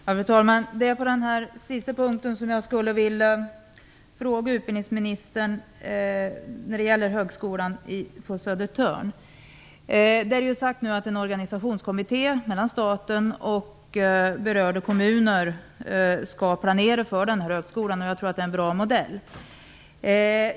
Fru talman! Det är med anledning av den sista punkten jag skulle vilja ställa en fråga till utbildningsministern som gäller högskolan på Södertörn. Det har sagts att en organisationskommitté mellan staten och berörda kommuner skall planera för den högskolan. Jag tror att det är en bra modell.